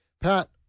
pat